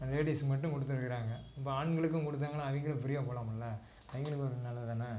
லேடீஸுக்கு மட்டும் கொடுத்துருக்குறாங்க இப்போ ஆண்களுக்கும் கொடுத்தாங்கன்னா அவங்களும் ஃப்ரீயாக போகலாமில்ல அவங்களுக்கும் கொஞ்சம் நல்லது தானே